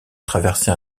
traversé